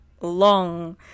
long